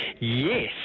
Yes